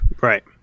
Right